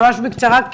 ממש בקצרה,